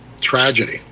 tragedy